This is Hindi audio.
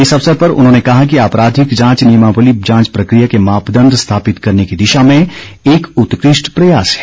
इस अवसर पर उन्होंने कहा कि आपराधिक जांच नियमावली जांच प्रक्रिया के मापदण्ड स्थापित करने की दिशा में एक उत्कृष्ठ प्रयास है